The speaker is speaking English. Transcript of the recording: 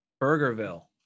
Burgerville